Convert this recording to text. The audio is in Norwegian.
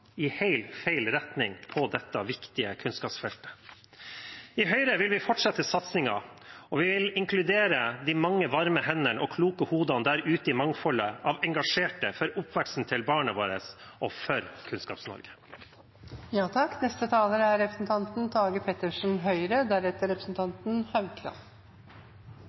i helt feil retning på dette viktige kunnskapsfeltet. I Høyre vil vi fortsette satsingen, og vi vil inkludere de mange varme hendene og kloke hodene der ute i mangfoldet av folk som er engasjerte for oppveksten til barna våre og for Kunnskaps-Norge. For åttende året er